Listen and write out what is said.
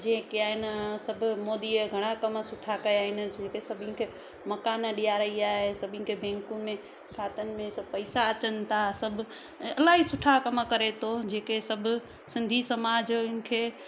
जेके आहिनि सभु मोदीअ घणा कमु सुठा कया आहिनि जिन खे सभिनि खे मकान ॾेयारई आहे सभिनि खे बैंक में खातनि में पैसा अचनि तव्हां सभु इलाही सुठा कमु करे थो जेके सभु सिंधी समाजनि खे